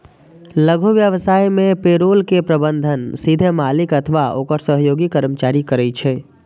लघु व्यवसाय मे पेरोल के प्रबंधन सीधे मालिक अथवा ओकर सहयोगी कर्मचारी करै छै